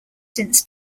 since